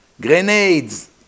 grenades